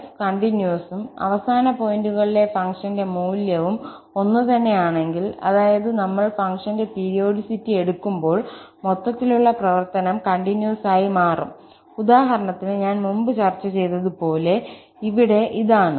f കണ്ടിന്യൂസും അവസാന പോയിന്റുകളിലെ ഫംഗ്ഷന്റെ മൂല്യവും ഒന്നുതന്നെയാണെങ്കിൽ അതായത് നമ്മൾ ഫംഗ്ഷന്റെ പീരിയോഡിസിറ്റി എടുക്കുമ്പോൾ മൊത്തത്തിലുള്ള പ്രവർത്തനം കണ്ടിന്യൂസ് ആയി മാറും ഉദാഹരണത്തിന് ഞാൻ മുമ്പ് ചർച്ച ചെയ്തതുപോലെ ഇവിടെ ഇതാണ്